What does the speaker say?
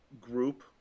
group